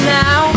now